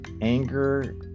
anger